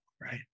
right